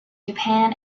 japan